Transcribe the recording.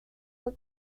fue